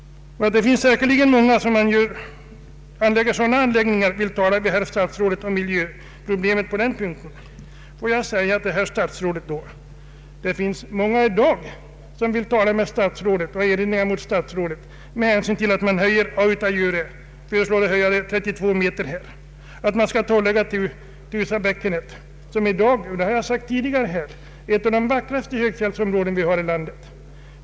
Ja, det finns säkerligen många som vill tala med statsrådet om miljöproblemen på den punkten. Men, herr statsråd, det finns många, många fler som i dag vill tala med statsrådet och göra erinringar mot den här föreslagna höjningen av Autajaure med 32 meter och torrläggningen av Teusabäckenet, som är ett av de vackraste högfjällsområden vi har här i landet.